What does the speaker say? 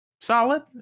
solid